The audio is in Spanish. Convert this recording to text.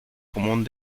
común